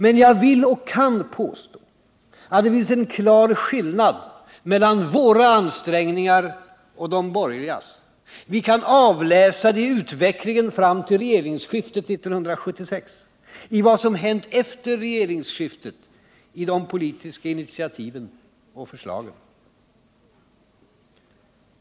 Men jag vill och kan påstå att det finns en klar skillnad mellan våra ansträngningar och de borgerligas. Vi kan avläsa den i utvecklingen fram till regeringsskiftet 1976, i vad som har hänt efter regeringsskiftet, i de politiska initiativen och förslagen.